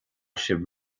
sibh